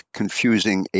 confusing